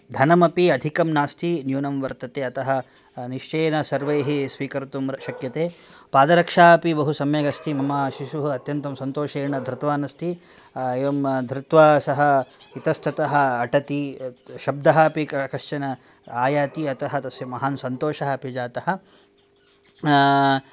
धनमपि अधिकं नास्ति न्यूनं वर्तते अतः निश्चयेन सर्वैः स्वीकर्तुं शक्यते पादरक्षा अपि बहु सम्यक् अस्ति मम शिशुः अत्यन्तं सन्तोषेण धृतवान् अस्ति एवं धृत्वा सः इतस्ततः अटति शब्दः अपि कश्चन आयाति अतः तस्य महान् सन्तोषः अपि जातः